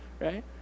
Right